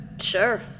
sure